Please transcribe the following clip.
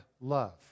love